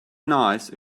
nice